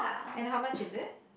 and how much is it